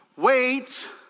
Wait